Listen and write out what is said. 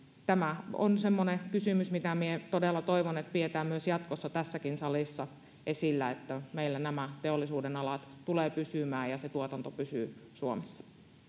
tämä on semmoinen kysymys mitä todella toivon että pidetään myös jatkossa tässäkin salissa esillä että meillä nämä teollisuudenalat tulevat pysymään ja se tuotanto pysyy suomessa